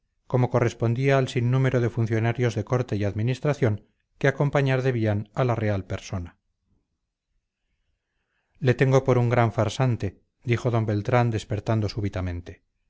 como correspondía al sinnúmero de funcionarios de corte y administración que acompañar debían a la real persona le tengo por un gran farsante dijo don beltrán despertando súbitamente